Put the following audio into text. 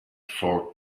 for